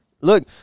Look